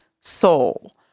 soul